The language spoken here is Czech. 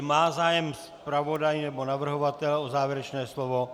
Má zájem zpravodaj, nebo navrhovatel o závěrečné slovo?